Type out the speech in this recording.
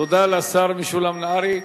תודה לשר משולם נהרי.